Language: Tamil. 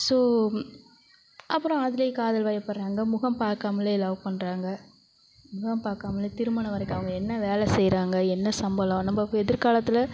ஸோ அப்புறம் அதுல காதல்வயப்பட்றாங்க முகம் பார்க்காமலே லவ் பண்ணுறாங்க முகம் பார்க்காமலே திருமணம் வரைக்கும் அவங்க என்ன வேலை செய்யறாங்க என்ன சம்பளம் நம்ப எதிர்காலத்தில்